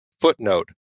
Footnote